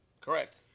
Correct